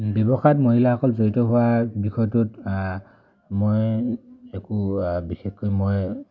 ব্যৱসায়ত মহিলাসকল জড়িত হোৱাৰ বিষয়টোত মই একো বিশেষকৈ মই